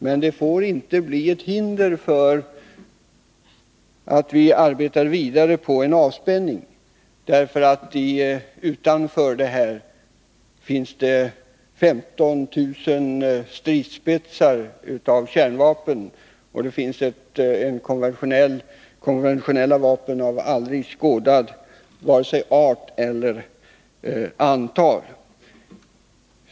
Men det får inte bli ett hinder för att arbeta vidare på en avspänning — utanför samtalen i Madrid ligger frågan om de 15 000 kärnvapenstridsspetsar som finns utplacerade i Europa och frågan om befintliga konventionella vapen av tidigare aldrig skådat slag eller i aldrig tidigare konstaterat antal.